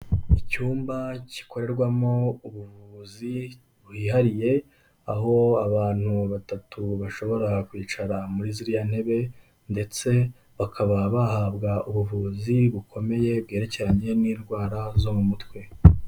Icyumba gikorerwamo ubuvuzi bwihariye, aho abantu batatu bashobora kwicara muri ziriya ntebe ndetse bakaba bahabwa ubuvuzi bukomeye bwerekeranye n'indwara zo mu mutwe.